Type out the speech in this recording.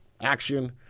Action